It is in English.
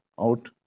out